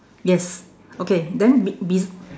yes okay then be~ bes~